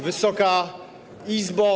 Wysoka Izbo!